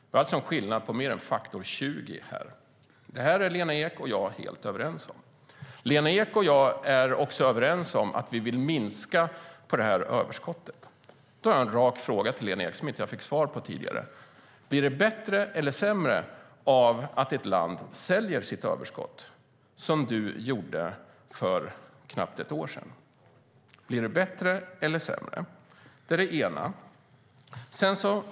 Det är alltså en skillnad på mer än faktor 20 här. Det här är Lena Ek och jag helt överens om. Vi är också överens om att vi vill minska överskottet. Då har jag en rak fråga till Lena Ek som jag inte fick svar på tidigare: Blir det bättre eller sämre av att ett land säljer sitt överskott, som du gjorde för knappt ett år sedan? Det är det ena.